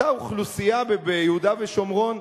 אותה אוכלוסייה ביהודה ושומרון,